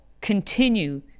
continue